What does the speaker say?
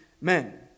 men